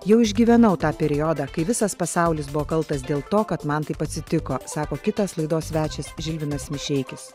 jau išgyvenau tą periodą kai visas pasaulis buvo kaltas dėl to kad man taip atsitiko sako kitas laidos svečias žilvinas mišeikis